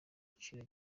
giciro